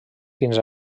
fins